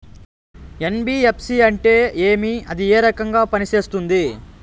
NBFC అంటే ఏమి అది ఏ రకంగా పనిసేస్తుంది